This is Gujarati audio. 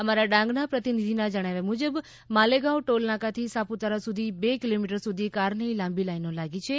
અમારા ડાંગના પ્રતિનિધિના જણાવ્યા મુજબ માલેગાવ ટોલનાકાથી સાપુતારા સુધી બે કિલોમીટર સુધી કારની લાંબી લાઇનો લાગી છે